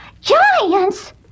Giants